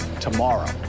tomorrow